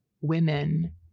women